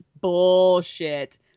Bullshit